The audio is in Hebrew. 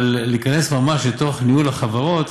אבל להיכנס ממש לתוך ניהול החברות,